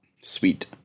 sweet